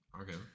Okay